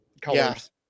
colors